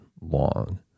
long